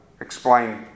explain